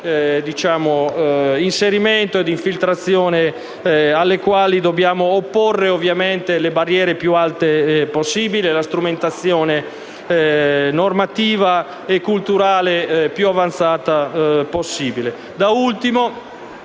inserimento e di infiltrazione alle quali dobbiamo opporre le barriere più alte e la strumentazione normativa e culturale più avanzata possibile.